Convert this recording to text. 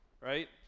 right